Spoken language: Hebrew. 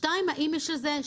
דבר שני, האם יש שינויים?